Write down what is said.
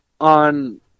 on